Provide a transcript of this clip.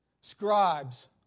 scribes